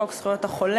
חוק זכויות החולה,